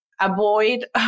avoid